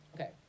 Okay